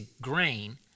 grain